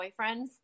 Boyfriends